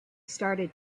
started